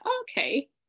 okay